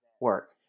work